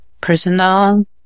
personal